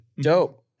Dope